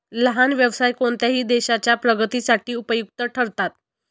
लहान व्यवसाय कोणत्याही देशाच्या प्रगतीसाठी उपयुक्त ठरतात